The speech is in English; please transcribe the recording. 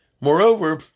Moreover